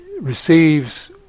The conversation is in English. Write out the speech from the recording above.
Receives